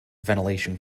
ventilation